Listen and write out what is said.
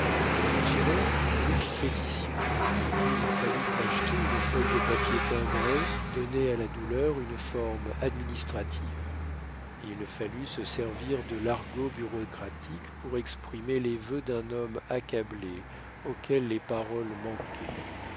ce fonctionnaire voulut une pétition il fallut acheter une feuille de papier timbré donner à la douleur une forme administrative il fallut se servir de l'argot bureaucratique pour exprimer les vœux d'un homme accablé auquel les paroles manquaient